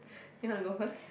you want to go first